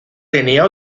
tenía